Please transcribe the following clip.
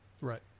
right